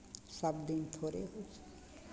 सभदिन थोड़े होइ छै